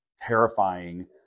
terrifying